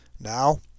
Now